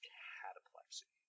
cataplexy